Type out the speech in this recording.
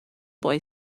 boy